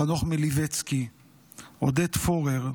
חנוך מלביצקי ועודד פורר,